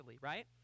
right